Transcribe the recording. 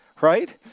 Right